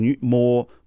more